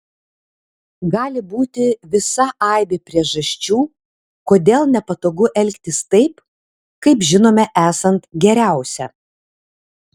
gali būti visa aibė priežasčių kodėl nepatogu elgtis taip kaip žinome esant geriausia